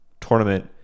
tournament